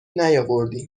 نیاوردیم